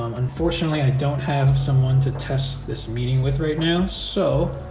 um unfortunately, i don't have someone to test this meeting with right now, so,